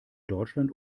deutschland